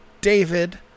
David